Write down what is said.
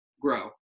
grow